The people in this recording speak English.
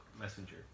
Messenger